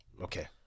Okay